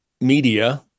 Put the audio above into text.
media